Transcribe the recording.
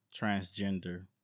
transgender